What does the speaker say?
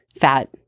fat